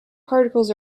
particles